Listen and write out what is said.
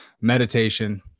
meditation